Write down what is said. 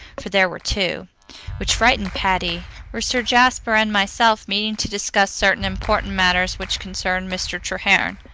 for there were two which frightened patty were sir jasper and myself, meeting to discuss certain important matters which concerned mr. treherne.